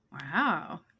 Wow